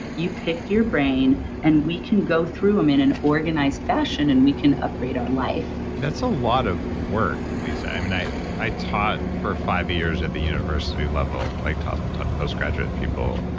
you picked your brain and we can go through them in an organized fashion and we can upgrade our life. that's a lot of work lisa. i mean, i i taught for five years at the university level, like i taught postgraduate people.